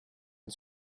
and